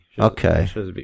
Okay